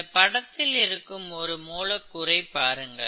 இந்த படத்தில் இருக்கும் ஒரு மூலக்கூறை பாருங்கள்